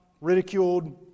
ridiculed